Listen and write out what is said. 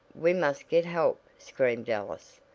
we must get help! screamed alice.